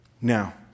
Now